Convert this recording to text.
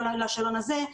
לא לשאלון הזה.